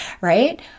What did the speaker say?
right